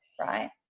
right